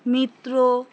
মিত্র